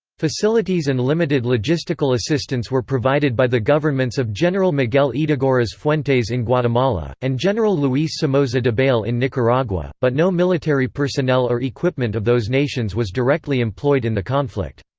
facilities and limited logistical assistance were provided by the governments of general miguel ydigoras fuentes in guatemala, and general luis somoza debayle in nicaragua, but no military personnel or equipment of those nations was directly employed in the conflict.